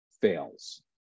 fails